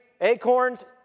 acorns